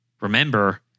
Remember